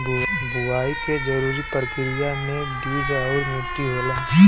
बुवाई के जरूरी परकिरिया में बीज आउर मट्टी होला